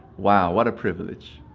wow, what a privilege.